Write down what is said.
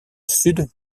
sud